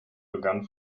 begann